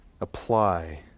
apply